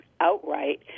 outright